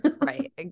Right